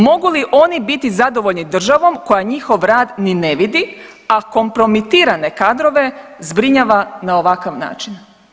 Mogu li oni biti zadovoljni državom koja njihov rad ni ne vidi, a kompromitirane kadrove zbrinjava na ovakav način?